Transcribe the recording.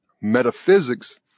Metaphysics